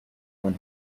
when